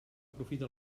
aprofita